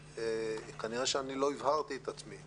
כנראה לא הבהרתי את עצמי.